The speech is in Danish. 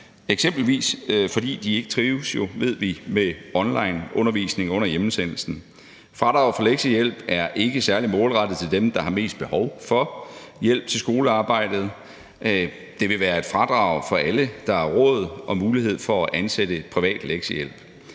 eksempelvis fordi de jo ikke trives, ved vi, med onlineundervisning under hjemsendelsen. Fradrag for lektiehjælp er ikke særligt målrettet dem, der har mest behov for hjælp til skolearbejdet. Det vil være et fradrag for alle, der har råd til og mulighed for at ansætte privat lektiehjælp.